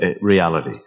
reality